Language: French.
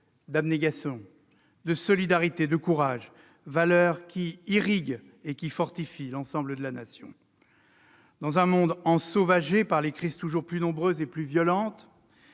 d'abnégation, de solidarité, de courage, valeurs qui irriguent et fortifient l'ensemble de la Nation. Dans un monde « ensauvagé » par des crises toujours plus nombreuses et plus violentes,